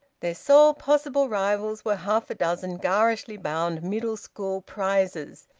their sole possible rivals were half a dozen garishly bound middle school prizes,